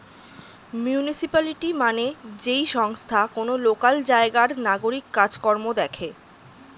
municipality মানে যেই সংস্থা কোন লোকাল জায়গার নাগরিক কাজ কর্ম দেখে